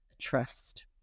trust